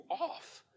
off